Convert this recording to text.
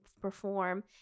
perform